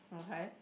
okay